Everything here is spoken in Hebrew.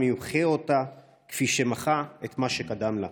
ימחה אותה כפי שמחה את מה שקדם לה.